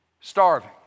starving